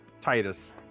Titus